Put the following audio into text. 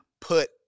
put